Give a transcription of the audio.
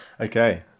Okay